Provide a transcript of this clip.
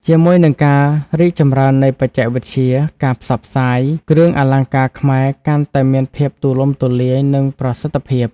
ជាមួយនឹងការរីកចម្រើននៃបច្ចេកវិទ្យា ការផ្សព្វផ្សាយ គ្រឿងអលង្ការខ្មែរកាន់តែមានភាពទូលំទូលាយ និងប្រសិទ្ធភាព។